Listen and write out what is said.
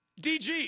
DG –